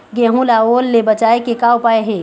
गेहूं ला ओल ले बचाए के का उपाय हे?